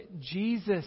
Jesus